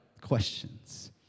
questions